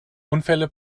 unfälle